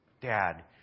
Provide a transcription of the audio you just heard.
Dad